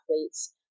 athletes